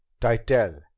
Titel